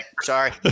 sorry